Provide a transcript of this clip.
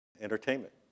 Entertainment